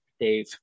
Dave